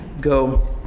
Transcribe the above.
go